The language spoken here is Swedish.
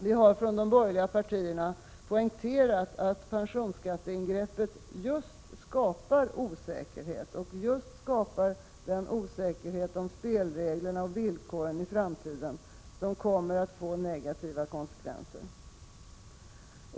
Vi har från de borgerliga partierna poängterat att pensionsskatteingreppet skapar just den osäkerhet om spelreglerna och villkoren i framtiden som kommer att få negativa konsekvenser.